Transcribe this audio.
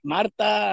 Marta